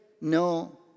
no